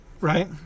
Right